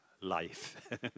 life